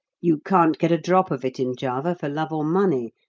you can't get a drop of it in java for love or money,